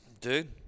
Dude